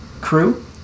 crew